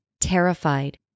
Terrified